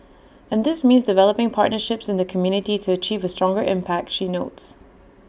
and this means developing partnerships in the community to achieve A stronger impact she notes